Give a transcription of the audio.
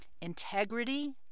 integrity